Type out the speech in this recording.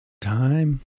time